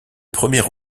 premier